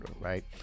right